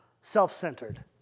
self-centered